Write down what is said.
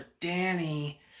Danny